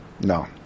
no